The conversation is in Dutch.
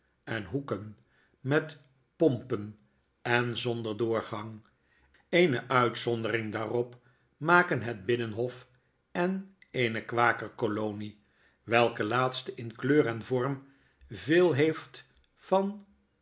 en hoeken met pompen en zonder doorgang eene uitzondering daarop maken het binnenhof en eene kwaker kolonie welke laatste in kleur en vorm veel heeft van